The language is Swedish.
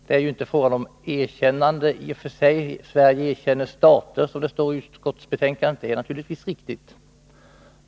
Det är inte fråga om ett erkännande i och för sig. ”Sverige erkänner stater”, står det i utskottsbetänkandet, och det är naturligtvis riktigt.